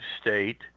state